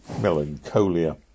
melancholia